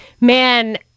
man